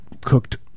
cooked